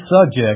subject